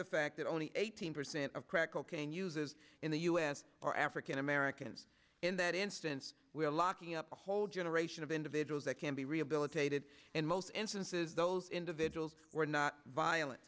the fact that only eighteen percent of crack cocaine uses in the us are african americans in that instance we are locking up a whole generation of individuals that can be rehabilitated in most instances those individuals were not violent